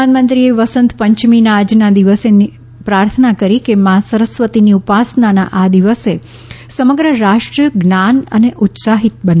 પ્રધાનમંત્રીએ વસંત પંચમીના આજના દિવસ નિમિત્ત પ્રાર્થના કરી કે મા સરસ્વતિની ઉપાસનાના આ દિવસે સમગ્ર રાષ્ટ્ર જ્ઞાન માટે ઉત્સાહિત બને